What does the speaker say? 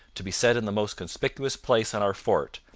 to be set in the most conspicuous place on our fort,